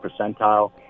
percentile